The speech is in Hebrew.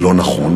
לא נכון,